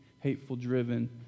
hateful-driven